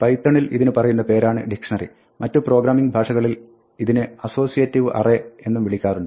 പൈത്തണിൽ ഇതിന് പറയുന്ന പേരാണ് ഡിക്ഷ്ണറി മറ്റു പ്രോഗ്രാമിംഗ് ഭാഷകളിൽ ഇതിന് അസോസിയേറ്റീവ് അറേ എന്നും വിളിക്കാറുണ്ട്